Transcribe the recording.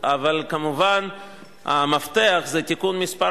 ההתנתקות (תיקון מס'